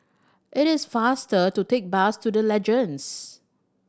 it is faster to take bus to The Legends